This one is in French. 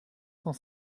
cent